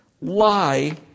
lie